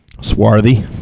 Swarthy